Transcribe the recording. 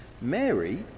Mary